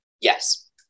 Yes